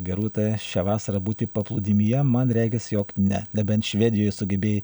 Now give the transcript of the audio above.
gerūta šią vasarą būti paplūdimyje man regis jog ne nebent švedijoj sugebėjai